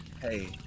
Hey